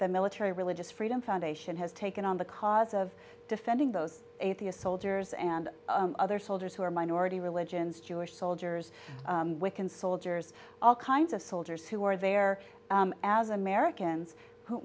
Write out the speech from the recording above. the military religious freedom foundation has taken on the cause of defending those atheist soldiers and other soldiers who are minority religions jewish soldiers wiccan soldiers all kinds of soldiers who are there as americans who